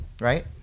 right